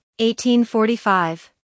1845